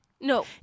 no